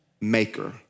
Maker